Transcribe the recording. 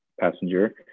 passenger